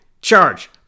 charge